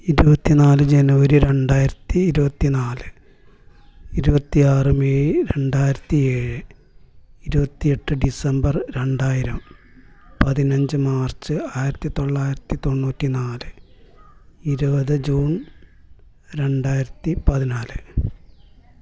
ഇരുപത്തിനാല് ജനുവരി രണ്ടായിരത്തി ഇരുപത്തി നാല് ഇരുപത്തിയാറ് മെയ് രണ്ടായിരത്തി ഏഴ് ഇരുപത്തിയെട്ട് ഡിസംബർ രണ്ടായിരം പതിനഞ്ചു മാർച്ച് ആയിരത്തി തൊള്ളായിരത്തി തൊണ്ണൂറ്റിനാല് ഇരുപത് ജൂൺ രണ്ടായിരത്തി പതിനാല്